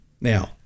Now